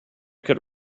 could